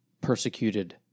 persecuted